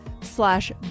Slash